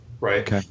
right